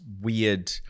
weird